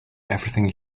everything